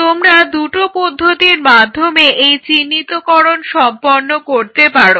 তোমরা দুটো পদ্ধতির মাধ্যমে এই চিহ্নিতকরণ সম্পাদন করতে পারো